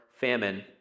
famine